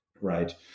right